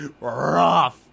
rough